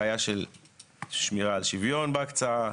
בעיה של שמירה על שוויון בהקצאה.